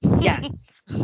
yes